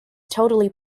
totally